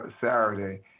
Saturday